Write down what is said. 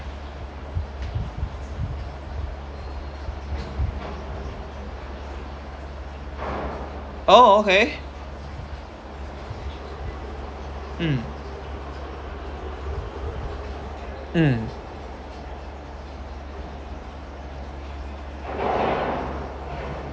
oh okay mm mm